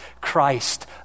Christ